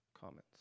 comments